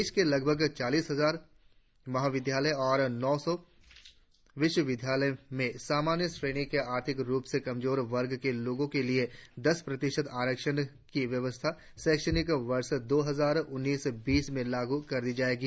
देश के लगभग चालीस हजार महाविद्यालयों और नौ सौ विश्वविद्यालयों में सामान्य श्रेणी के आर्थिक रुप से कमजोर वर्ग के लोगों के लिए दस प्रतिशत आरक्षण की व्यवस्था शैक्षणिक वर्ष दो हजार उन्नीस बीस से लागू कर दी जाएगी